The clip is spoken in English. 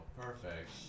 perfect